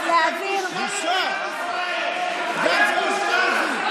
בושה וחרפה.